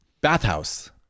Bathhouse